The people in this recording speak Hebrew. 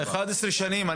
11 שנים.